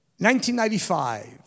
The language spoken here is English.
1995